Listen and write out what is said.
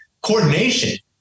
coordination